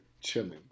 chilling